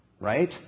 Right